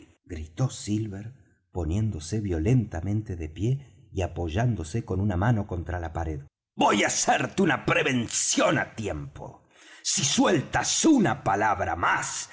gritó silver poniéndose violentamente de pie y apoyándose con una mano contra la pared voy á hacerte una prevención á tiempo si sueltas una palabra más